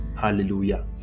hallelujah